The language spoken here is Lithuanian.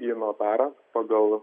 į notarą pagal